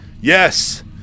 Yes